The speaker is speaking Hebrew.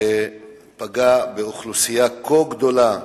שפגע באוכלוסייה כה גדולה,